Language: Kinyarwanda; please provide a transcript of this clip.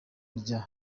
rya